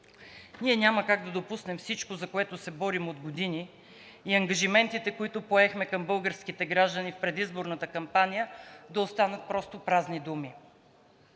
Ние няма как да допуснем всичко, за което се борим от години, и ангажиментите, които поехме към българските граждани в предизборната кампания, да останат просто празни думи.